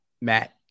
Matt